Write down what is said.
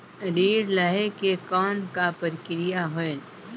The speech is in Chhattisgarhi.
ऋण लहे के कौन का प्रक्रिया होयल?